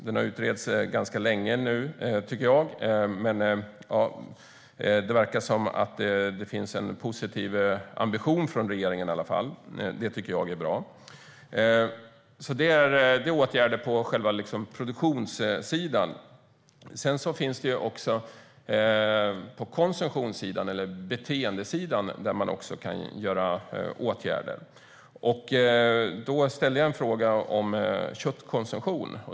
Den har utretts ganska länge nu, tycker jag, men det verkar i alla fall finnas en positiv ambition hos regeringen. Det tycker jag är bra. Det här är åtgärder på produktionssidan. Man kan också vidta åtgärder på konsumtionssidan eller beteendesidan. Jag ställde en fråga om köttkonsumtion.